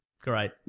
Great